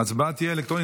ההצבעה תהיה אלקטרונית.